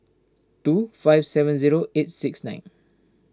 two five seven zero eight six nine